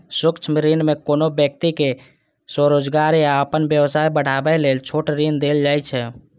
सूक्ष्म ऋण मे कोनो व्यक्ति कें स्वरोजगार या अपन व्यवसाय बढ़ाबै लेल छोट ऋण देल जाइ छै